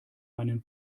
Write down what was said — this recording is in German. einen